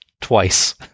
Twice